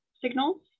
signals